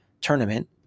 tournament